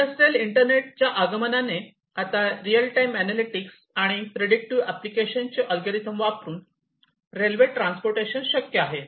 industrial इंटरनेटच्या आगमनाने आता रियल टाइम अॅनालॅटिक्स आणि प्रीडीक्टिव्ह एप्लीकेशनचे ऍलगोरिदम वापरून रेल्वे ट्रांसपोर्टेशन शक्य आहे